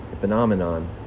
phenomenon